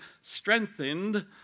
strengthened